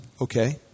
Okay